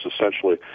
essentially